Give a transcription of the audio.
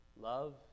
Love